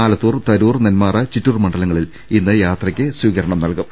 ആലത്തൂർ തരൂർ നെന്മാറ ചിറ്റൂർ മണ്ഡ ലങ്ങളിൽ ഇന്ന് യാത്രയ്ക്ക് സ്വീകരണം നൽകും